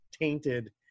tainted